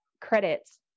credits